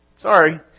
Sorry